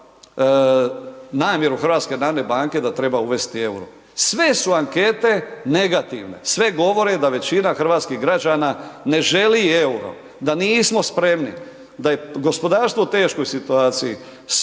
potvrdila namjeru HNB-a da treba uvesti EUR-o. Sve su ankete negativne, sve govore da većina hrvatskih građana ne želi EUR-o, da nismo spremni, da je gospodarstvo u teškoj situaciji, sporo